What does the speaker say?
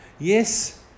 Yes